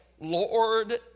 Lord